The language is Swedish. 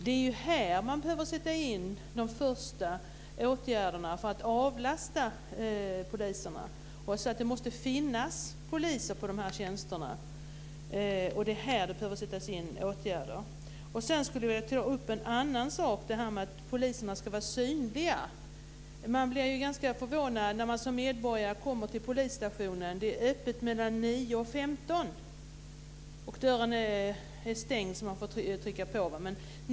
Det är här man behöver sätta in de första åtgärderna för att avlasta poliserna. Det måste finnas poliser på de här tjänsterna. Det är här det behöver sättas in åtgärder. Sedan skulle jag vilja ta upp en annan sak. Det gäller det här med att poliserna ska vara synliga. Man blir ganska förvånad när man som medborgare kommer till polisstationen och ser att det är öppet mellan kl. 9 och kl. 15. Dörren är stängd så man får trycka på. Mellan kl.